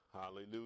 hallelujah